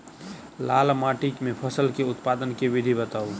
लाल माटि मे फसल केँ उत्पादन केँ विधि बताऊ?